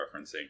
referencing